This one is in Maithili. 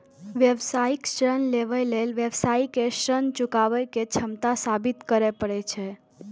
व्यावसायिक ऋण लेबय लेल व्यवसायी कें ऋण चुकाबै के क्षमता साबित करय पड़ै छै